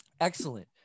Excellent